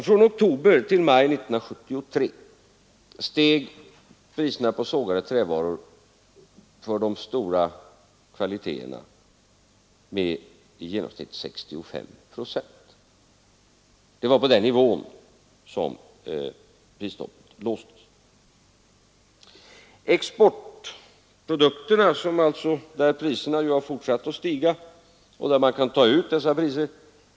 Från oktober till maj 1973 steg priserna på sågade trävaror för de stora kvaliteterna med i genomsnitt 65 procent. Det var på den nivån som prisstoppet låstes. På exportprodukterna har priserna fortsatt att stiga, och där kan man ta ut dessa priser.